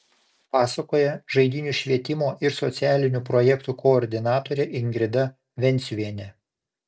pasakoja žaidynių švietimo ir socialinių projektų koordinatorė ingrida venciuvienė